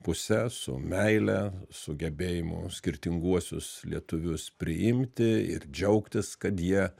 puse su meile sugebėjimu skirtinguosius lietuvius priimti ir džiaugtis kad jie